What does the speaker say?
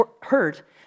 hurt